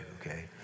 okay